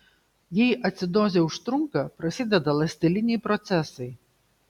jei acidozė užtrunka prasideda ląsteliniai procesai